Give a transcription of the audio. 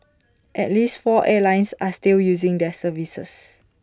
at least four airlines are still using their services